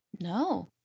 no